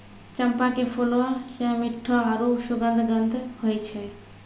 चंपा के फूलो मे मिठ्ठो आरु सुखद गंध होय छै